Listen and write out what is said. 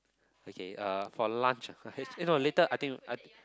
okay uh for lunch ah eh no later I think I